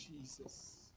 Jesus